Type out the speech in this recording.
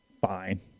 fine